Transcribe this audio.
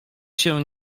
się